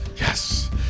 Yes